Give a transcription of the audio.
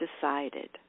decided